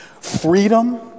freedom